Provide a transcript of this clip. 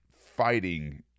fighting